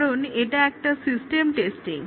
কারণ এটা একটা সিস্টেম টেস্টিং